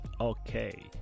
okay